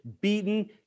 beaten